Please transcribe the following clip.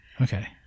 Okay